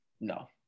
No